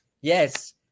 Yes